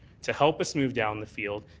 to help us move down the field,